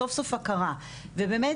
סוף סוף הכרה ובאמת,